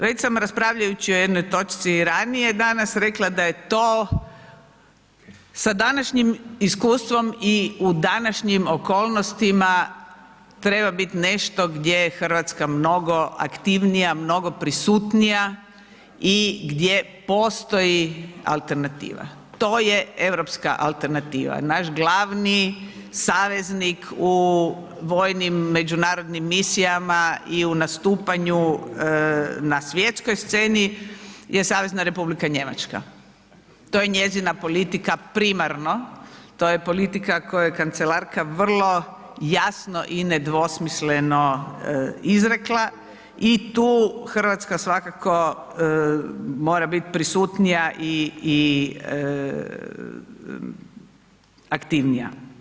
Već sam raspravljajući o jednoj točci i ranije danas rekla da je to, sa današnjim iskustvom i u današnjim okolnostima treba biti nešto gdje je Hrvatska mnogo aktivnija, mnogo prisutnija i gdje postoji alternativa to je europska alternativa, naš glavni saveznik u vojnim međunarodnim misijama i u nastupanju na svjetskoj sceni je SR Njemačka, to je njezina politika primarno, to je politika koje je kancelarka vrlo jasno i nedvosmisleno izrekla i to RH svakako mora bit prisutnija i aktivnija.